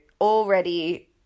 already